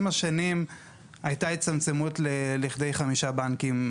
עם השנים הייתה הצטמצמות לכדי חמישה בנקים.